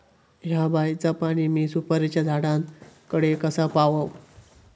हया बायचा पाणी मी सुपारीच्या झाडान कडे कसा पावाव?